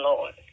Lord